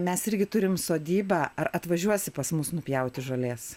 mes irgi turim sodybą ar atvažiuosi pas mus nupjauti žolės